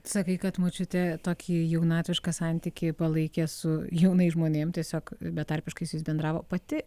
sakai kad močiutė tokį jaunatvišką santykį palaikė su jaunais žmonėm tiesiog betarpiškai su jais bendravo pati